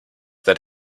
that